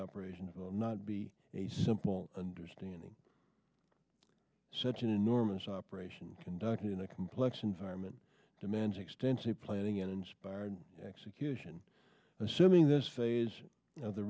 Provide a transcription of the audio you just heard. operations will not be a simple understanding such an enormous operation conducted in a complex environment demands extensive planning and inspired execution assuming this phase of the